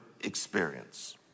experience